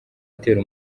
atera